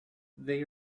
they